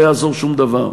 לא יעזור שום דבר.